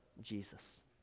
Jesus